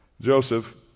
Joseph